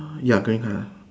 ya green colour